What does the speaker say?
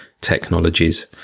technologies